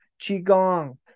qigong